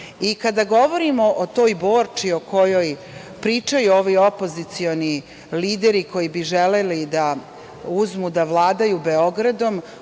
danas. Kada govorimo o toj Borči o kojoj pričaju ovi opozicioni lideri koji bi želeli da uzmu da vladaju Beogradom,